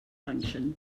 function